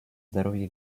здоровье